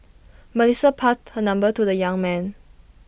Melissa passed her number to the young man